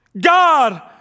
God